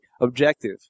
objective